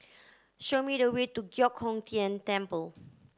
show me the way to Giok Hong Tian Temple